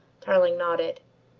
tarling nodded.